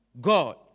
God